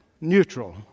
neutral